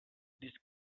this